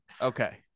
Okay